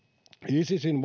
isisin